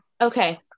okay